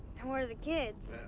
and who are the kids?